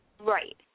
Right